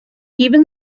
even